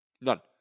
None